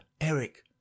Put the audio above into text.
eric